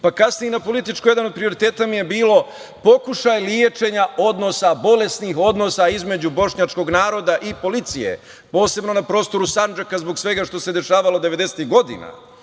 pa kanije i na političkoj, jedan od prioriteta mi je bilo pokušaj lečenja odnosa, bolesnih odnosa između bošnjačkog naroda i policije, posebno na prostoru Sandžaka, zbog svega što se dešavalo devedesetih